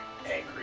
angry